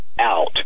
out